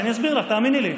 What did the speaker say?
תאמיני לי.